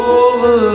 over